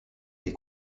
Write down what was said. les